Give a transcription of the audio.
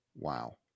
Wow